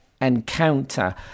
encounter